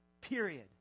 period